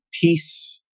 peace